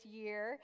year